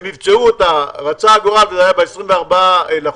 הם מבצעו אותה, ורצה הגורל וזה קרה ב-24 לחודש.